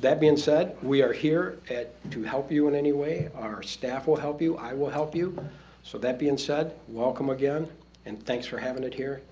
that being said we are here at to help you in any way our staff will help you i will help you so that being said welcome again and thanks for having it here